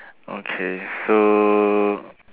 okay so